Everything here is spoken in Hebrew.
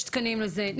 לכך תקנים נפרדים.